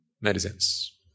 medicines